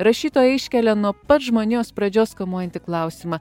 rašytoja iškelia nuo pat žmonijos pradžios kamuojantį klausimą